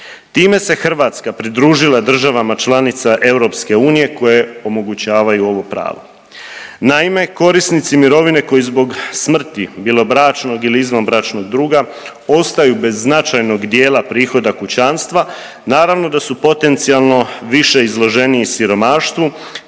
Time se Hrvatska pridružila državama članica EU koje omogućavaju ovo pravo. Naime, korisnici mirovine koji zbog smrti bilo bračnog ili izvanbračnog druga ostaju bez značajnog dijela prihoda kućanstva, naravno da su potencijalno više izloženiji siromaštvu